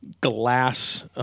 glass